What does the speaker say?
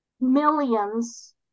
millions